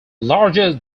largest